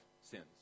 sins